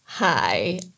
Hi